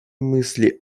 мысли